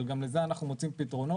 אבל גם לזה אנחנו מוצאים פתרונות,